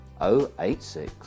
086